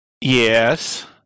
Yes